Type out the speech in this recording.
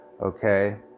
Okay